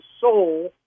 soul